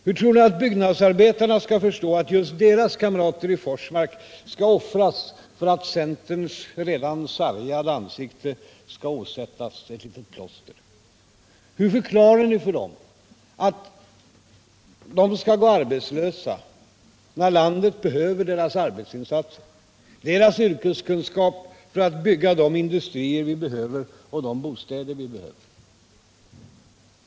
Hur tror ni att byggnadsarbetarna skall förstå att just deras kamrater i Forsmark skall offras för att centerns redan sargade ansikte skall åsättas ett litet plåster? Hur förklarar ni för dem att de skall gå arbetslösa när landet behöver deras arbetsinsatser och deras yrkeskunskap för att bygga de industrier vi behöver och de bostäder vi behöver?